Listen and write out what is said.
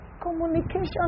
communication